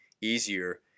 easier